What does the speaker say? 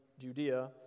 Judea